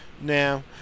now